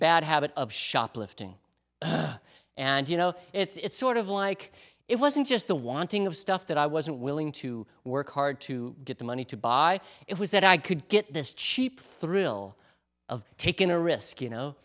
bad habit of shoplifting and you know it's sort of like it wasn't just the wanting of stuff that i wasn't willing to work hard to get the money to buy it was that i could get this cheap thrill of taking a risk you know